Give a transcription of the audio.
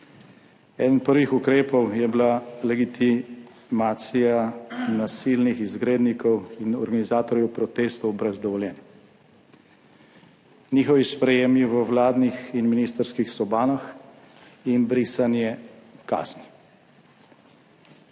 eden prvih ukrepov je bila legitimacija nasilnih izgrednikov in organizatorjev protestov brez dovoljenj, njihovi sprejemi v vladnih in ministrskih sobanah in brisanje kazni.